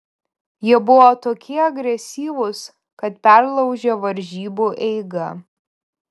jie buvo tokie agresyvūs kad perlaužė varžybų eigą